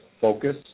focus